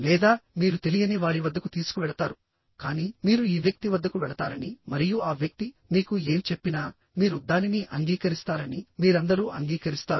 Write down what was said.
లేదా మీరు తెలియని వారి వద్దకు తీసుకువెళతారు కానీ మీరు ఈ వ్యక్తి వద్దకు వెళతారని మరియు ఆ వ్యక్తి మీకు ఏమి చెప్పినా మీరు దానిని అంగీకరిస్తారని మీరందరూ అంగీకరిస్తారు